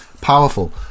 powerful